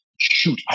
shoot